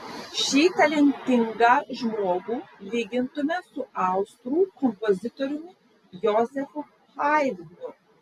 šį talentingą žmogų lygintume su austrų kompozitoriumi jozefu haidnu